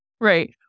Right